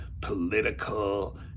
political